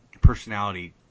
personality